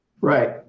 Right